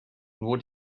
nur